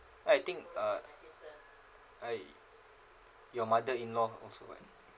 ah I think uh right your mother-in-law also [what]